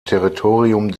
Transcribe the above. territorium